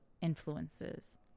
influences